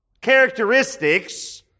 Characteristics